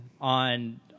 On